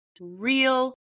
real